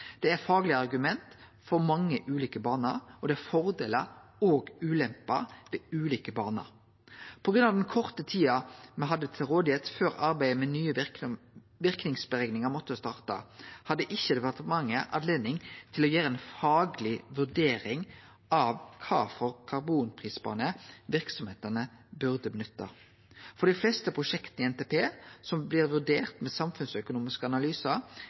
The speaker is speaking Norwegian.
Det er faglege argument for mange ulike banar, og det er fordelar og ulemper ved ulike banar. På grunn av den korte tida me hadde til rådigheit før arbeidet med nye verknadsberekningar måtte starte, hadde ikkje departementet anledning til å gjere ei fagleg vurdering av kva for karbonprisbane verksemdene burde nytte. For dei fleste prosjekta i NTP som blir vurderte med samfunnsøkonomiske analysar,